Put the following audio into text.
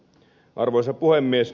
arvoisa puhemies